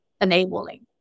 enabling